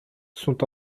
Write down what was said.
sont